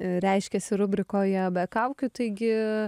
reiškiasi rubrikoje be kaukių taigi